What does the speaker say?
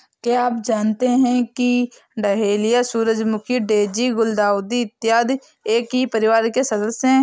क्या आप जानते हैं कि डहेलिया, सूरजमुखी, डेजी, गुलदाउदी इत्यादि एक ही परिवार के सदस्य हैं